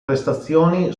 prestazioni